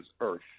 Earth